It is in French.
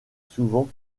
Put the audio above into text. souvent